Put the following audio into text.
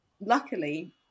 luckily